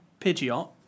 Pidgeot